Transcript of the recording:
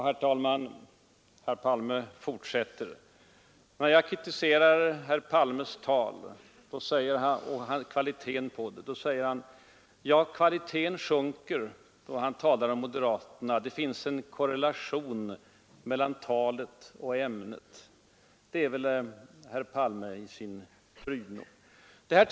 Herr talman! När jag kritiserar herr Palmes tal och dess kvalitet svarar han att kvaliteten sjunker då han talar om moderaterna. Det finns ”korrelation mellan talet och ämnet”. Detta är verkligen herr Palme i sin prydno!